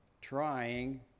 trying